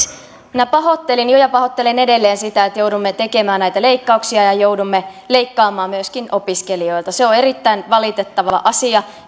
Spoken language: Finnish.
minä pahoittelin jo ja pahoittelen edelleen sitä että joudumme tekemään näitä leikkauksia ja joudumme leikkaamaan myöskin opiskelijoilta se on erittäin valitettava asia